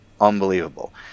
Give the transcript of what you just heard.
unbelievable